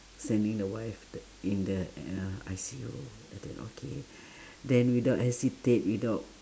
sending the wife the in the uh I_C_U and then okay then without hesitate without